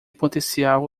potencial